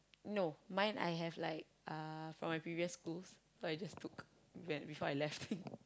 no mine I have like uh from the previous school so I just took before I left